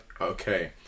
okay